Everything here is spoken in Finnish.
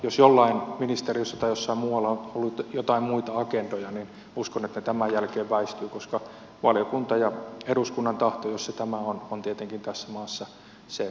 jos jollain ministeriössä tai jossain muualla on ollut joitain muita agendoja niin uskon että tämän jälkeen väistyy koska valiokunta ja eduskunnan tahto jos se tämä on on tietenkin tässä maassa se kaikista tärkein